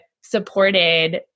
supported